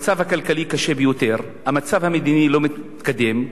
המצב הכלכלי קשה ביותר, המצב המדיני לא מתקדם,